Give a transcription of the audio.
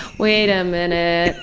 wait a minute.